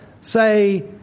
say